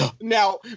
now